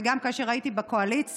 וגם כאשר הייתי בקואליציה,